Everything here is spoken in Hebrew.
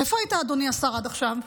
איפה היית, אדוני השר, עד עכשיו?